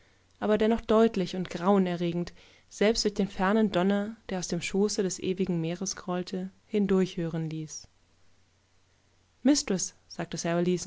aber dennoch deutlich und grauenerregend selbst durch den fernen donner der aus dem schoße des ewigen meeresgrollte hindurchhörenließ mistreß sagtesaraleeson